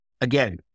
again